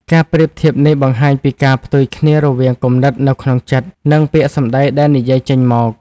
ការប្រៀបធៀបនេះបង្ហាញពីភាពផ្ទុយគ្នារវាង គំនិតនៅក្នុងចិត្ត និង ពាក្យសម្ដីដែលនិយាយចេញមក។